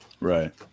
Right